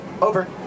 over